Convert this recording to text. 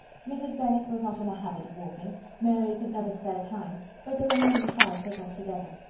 mrs. bennet was not in the habit of walking mary could never spare time but the remaining five set off together.